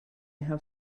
have